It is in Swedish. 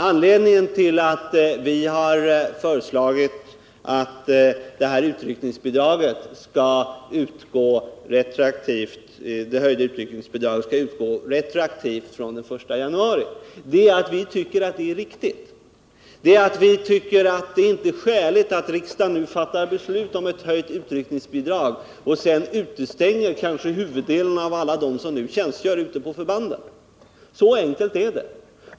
Anledningen till att vi har föreslagit att det höjda utryckningsbidraget skall utgå retroaktivt från den 1 januari är att vi tycker att det är riktigt. Vi tycker att det inte är skäligt att riksdagen nu fattar beslut om ett höjt utryckningsbidrag och sedan utestänger kanske huvuddelen av alla dem som nu tjänstgör ute på förbanden. Så enkelt är det.